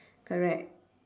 correct